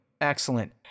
Excellent